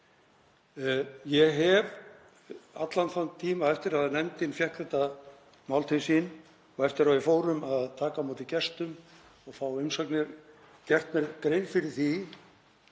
Ég hef allan tímann eftir að nefndin fékk þetta mál til sín og eftir að við fórum að taka á móti gestum og fá umsagnir gert mér grein fyrir því